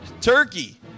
turkey